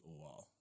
wow